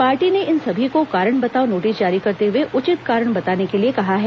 party ने इन सभी को कारण बताओ नोटिस जारी करते हुए उचित कारण बताने के लिए कहा है